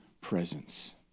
presence